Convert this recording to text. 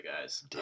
guys